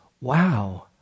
wow